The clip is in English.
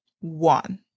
one